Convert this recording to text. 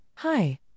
Hi